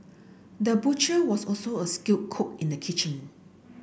the butcher was also a skilled cook in the kitchen